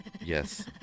Yes